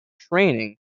training